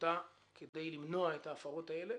לרשותה כדי למנוע את ההפרות האלה,